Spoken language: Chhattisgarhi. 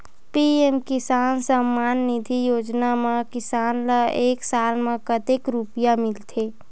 पी.एम किसान सम्मान निधी योजना म किसान ल एक साल म कतेक रुपिया मिलथे?